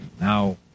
Now